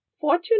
Fortune